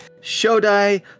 Shodai